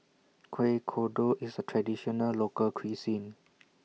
Kuih Kodok IS A Traditional Local Cuisine